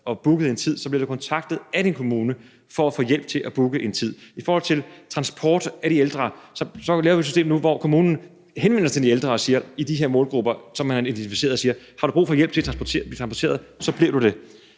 har fået invitationen, kontaktet af din kommune for at få hjælp til at booke en tid. I forhold til transport af de ældre laver vi et system nu, hvor kommunen henvender sig til de ældre i de her målgrupper, som man har identificeret, og siger: Har du brug for hjælp til at blive transporteret, bliver du det.